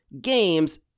games